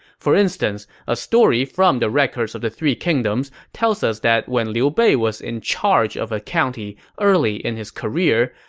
for instance, a story from the records of the three kingdoms tells us that when liu bei was in charge of a county early in his career,